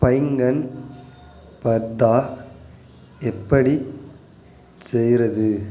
பைங்கன் பர்த்தா எப்படிச் செய்கிறது